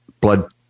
blood